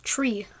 Tree